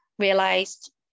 realized